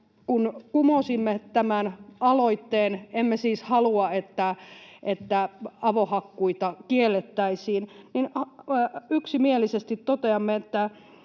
kun kumosimme tämän aloitteen — emme siis halua, että avohakkuita kiellettäisiin — niin yksimielisesti toteamme,